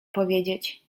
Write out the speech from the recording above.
powiedzieć